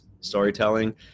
storytelling